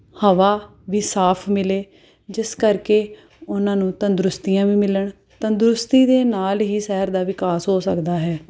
ਹਵਾ ਵੀ ਸਾਫ ਮਿਲੇ ਜਿਸ ਕਰਕੇ ਉਹਨਾਂ ਨੂੰ ਤੰਦਰੁਸਤੀਆਂ ਵੀ ਮਿਲਣ ਤੰਦਰੁਸਤੀ ਦੇ ਨਾਲ ਹੀ ਸ਼ਹਿਰ ਦਾ ਵਿਕਾਸ ਹੋ ਸਕਦਾ ਹੈ